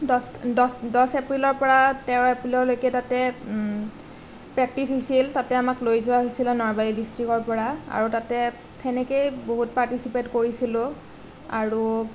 দছ দছ দছ এপ্ৰিলৰ পৰা তেৰ এপ্ৰিলৰলৈকে তাতে প্ৰেক্টিছ হৈছিল তাতে আমাক লৈ যোৱা হৈছিল নলবাৰী ডিষ্ট্ৰিক্টৰ পৰা আৰু তাতে সেনেকেই বহুত পাৰ্টিচিপেত কৰিছিলোঁ আৰু